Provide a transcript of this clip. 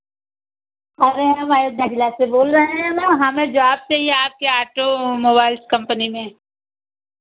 अरे भाई दहिला से बोल रहे हैं मैम हमें जॉब चाहिए आपके ऑटो मोबाइल्स कंपनी में